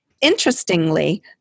Interestingly